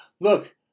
Look